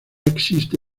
existe